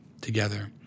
together